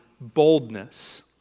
boldness